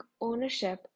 ownership